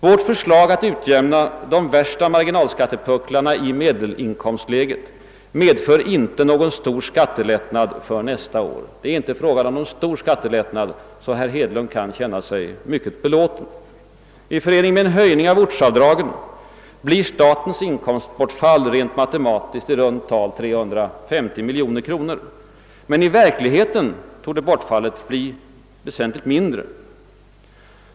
Vårt förslag att utjämna de värsta marginalskattepucklarna i medelinkomstläget medför inte någon stor skattelättnad för nästa år. Det är alltså inte fråga om någon stor skattelättnad, så herr Hedlund kan känna sig mycket belåten. I förening med en höjning av ortsavdragen skulle statens inkomstbortfall rent matematiskt bli i runt tal 350 miljoner kronor, men i verkligheten torde bortfallet bli väsentligt mindre.